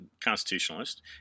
constitutionalist